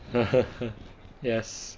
呵呵呵 yes